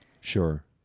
sure